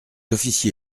officier